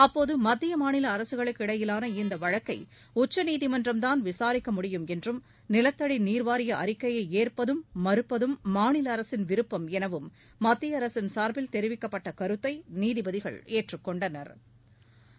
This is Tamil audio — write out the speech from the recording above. அப்போது மத்திய மாநில அரசுகளுக்கிடையேயான இந்த வழக்கை உச்சநீதிமன்றம் தான் விசாரிக்க முடியும் என்றும் நிலத்தடி நீர் வாரிய அறிக்கையை ஏற்பதும் மறுப்பதும் மாநில அரசின் விருப்பம் எனவும் மத்திய அரசின் சாா்பில் தெரிவிக்கப்பட்ட கருத்தை நீதிபதிகள் ஏற்றுக்கொண்டனா்